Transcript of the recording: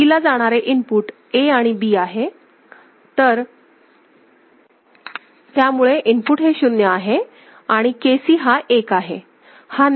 Cला जाणारे input A आणि B आहे त्यामुळे इनपुट हे शून्य आहे आणि KC हा 1 आहे